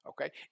Okay